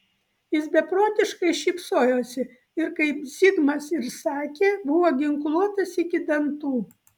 jis beprotiškai šypsojosi ir kaip zigmas ir sakė buvo ginkluotas iki dantų